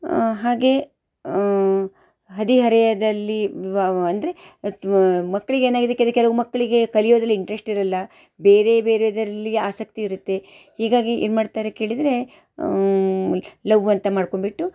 ಹಾಗೆ ಹದಿಹರೆಯದಲ್ಲಿ ವ್ ಅಂದರೆ ಮಕ್ಳಿಗೆ ಏನಾಗಿದೆ ಕೇಳಿ ಕೆಲವು ಮಕ್ಕಳಿಗೆ ಕಲಿಯೋದರಲ್ಲಿ ಇಂಟ್ರೆಸ್ಟ್ ಇರಲ್ಲ ಬೇರೆ ಬೇರೆದರಲ್ಲಿ ಆಸಕ್ತಿ ಇರುತ್ತೆ ಹೀಗಾಗಿ ಏನು ಮಾಡ್ತಾರೆ ಕೇಳಿದರೆ ಲವ್ ಅಂತ ಮಾಡ್ಕೊಂಡು ಬಿಟ್ಟು